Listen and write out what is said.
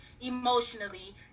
emotionally